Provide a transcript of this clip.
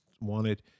Wanted